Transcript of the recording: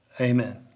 Amen